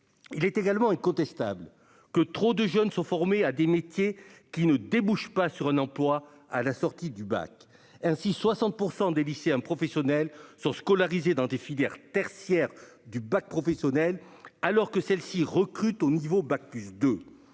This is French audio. Il est également incontestable que trop de jeunes suivent des formations qui ne débouchent pas sur un emploi après le bac. Ainsi, 60 % des « lycéens professionnels » sont scolarisés dans les filières tertiaires du bac professionnel, alors que ces filières recrutent au niveau bac+2.